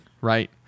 right